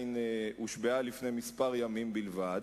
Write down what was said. שהושבעה לפני כמה ימים בלבד,